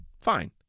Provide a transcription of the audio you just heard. Fine